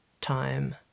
time